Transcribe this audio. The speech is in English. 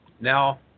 Now